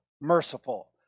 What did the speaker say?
merciful